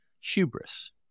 hubris